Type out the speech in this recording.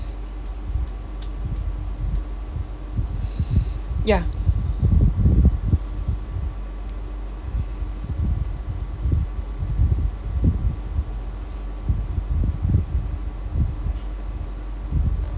ya